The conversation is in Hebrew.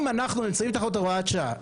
אם אנחנו נמצאים תחת הוראת שעה,